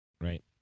Right